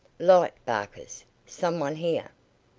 light! barkers! some one here.